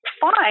fine